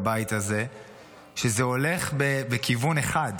מבינים שזה הולך בכיוון אחד: